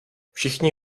všichni